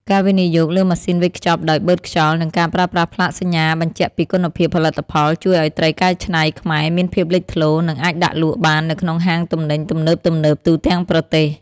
ការវិនិយោគលើម៉ាស៊ីនវេចខ្ចប់ដោយបឺតខ្យល់ និងការប្រើប្រាស់ផ្លាកសញ្ញាបញ្ជាក់ពីគុណភាពផលិតផល ជួយឱ្យត្រីកែច្នៃខ្មែរមានភាពលេចធ្លោ និងអាចដាក់លក់បាននៅក្នុងហាងទំនិញទំនើបៗទូទាំងប្រទេស។